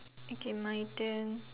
okay my turn